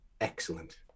excellent